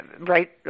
right